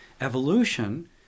Evolution